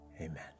Amen